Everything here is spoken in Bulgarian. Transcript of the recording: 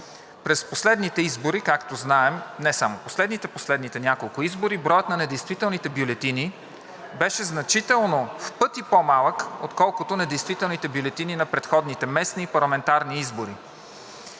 През последните избори, както знаем, не само последните, последните няколко избори броят на недействителните бюлетини беше значително, в пъти по-малък, отколкото недействителните бюлетини на предходните местни и парламентарни избори.